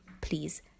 Please